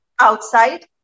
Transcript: outside